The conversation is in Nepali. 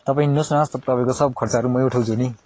तपाईँ हिँड्नुहोस् न सब तपाईँको सब खर्चहरू मै उठाउँछु नि